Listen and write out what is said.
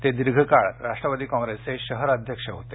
ते दिर्घकाळ राष्ट्रवादी काँग्रेसचे शहर अध्यक्ष होते